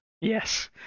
Yes